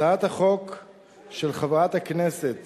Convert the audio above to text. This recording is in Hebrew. הצעת החוק של חברת הכנסת